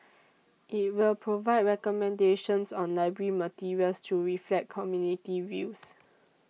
it will provide recommendations on library materials to reflect community views